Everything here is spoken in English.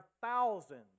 thousands